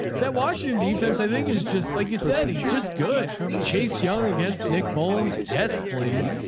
that washington defense i think is just like you said, he's just good chase young against nick bowlins yes, please.